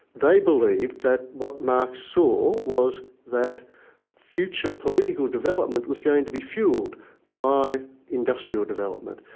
they believed that what marx saw was that future political development was going to be fuelled by industrial development.